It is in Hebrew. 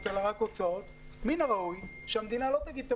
אלא רק הוצאות מן הראוי שהמדינה לא תגיד,